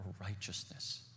righteousness